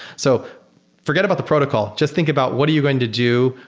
so forget about the protocol. just think about what are you going to do?